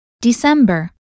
December